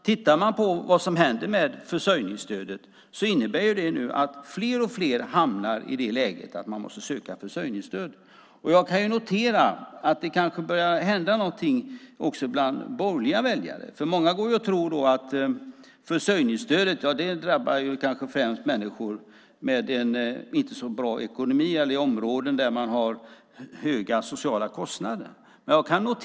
Tittar man på vad som händer med försörjningsstödet är det att allt fler hamnar i läget att de måste söka försörjningsstöd. Jag kan notera att det också börjar hända något bland borgerliga väljare. Man tror att ett beroende av försörjningsstöd kanske främst drabbar människor som inte har så bra ekonomi som bor i områden med höga sociala kostnader.